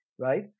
right